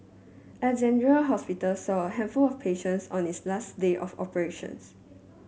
Alexandra Hospital saw a handful of patients on its last day of operations